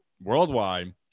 worldwide